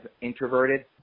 introverted